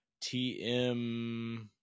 TM